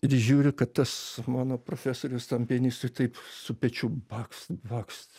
ir žiūriu kad tas mano profesorius tam pianistui taip su pečiu bakst bakts